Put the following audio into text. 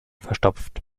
verstopft